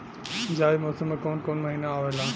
जायद मौसम में काउन काउन महीना आवेला?